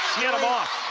sienna moss.